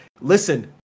listen